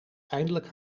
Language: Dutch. eindelijk